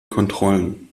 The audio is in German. kontrollen